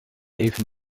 even